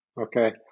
okay